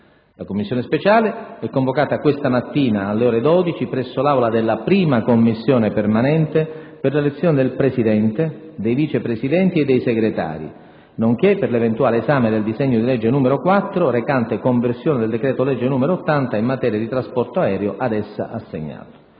La Commissione speciale è convocata questa mattina alle ore 12, presso l'Aula della la Commissione permanente, per l'elezione del Presidente, dei Vice Presidenti e dei Segretari, nonché per 1'eventuale esame del disegno di legge n. 4, recante conversione del decreto-legge n. 80, in materia di trasporto aereo, ad essa assegnato.